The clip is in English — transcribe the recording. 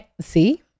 See